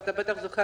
ואתה בטח זוכר,